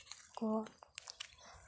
ᱠᱚ